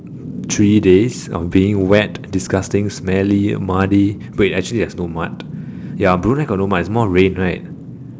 three days of being wet disgusting smelly muddy wait actually there was no mud ya Brunei got no mud it's more rain right